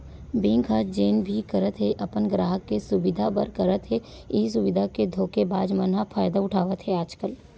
bank ह जेन भी करत हे अपन गराहक के सुबिधा बर करत हे, इहीं सुबिधा के धोखेबाज मन ह फायदा उठावत हे आजकल